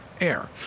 Air